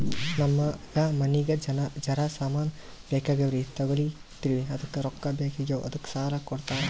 ನಮಗ ಮನಿಗಿ ಜರ ಸಾಮಾನ ಬೇಕಾಗ್ಯಾವ್ರೀ ತೊಗೊಲತ್ತೀವ್ರಿ ಅದಕ್ಕ ರೊಕ್ಕ ಬೆಕಾಗ್ಯಾವ ಅದಕ್ಕ ಸಾಲ ಕೊಡ್ತಾರ?